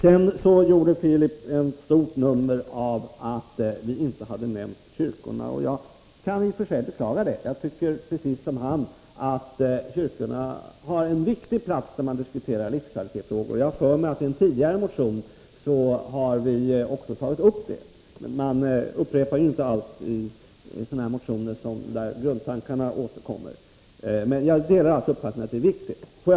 Sedan gjorde Filip Fridolfsson ett stort nummer av att vi inte hade nämnt kyrkorna. Jag kan i och för sig beklaga det. Jag tycker precis som han att kyrkorna har en viktig plats när man diskuterar livskvalitetsfrågor. Jag har för mig att vi i en tidigare motion har också tagit upp det, men man upprepar ju inte allt i motioner där grundtankarna återkommer. Jag delar alltså uppfattningen att kyrkorna är viktiga i sammanhanget.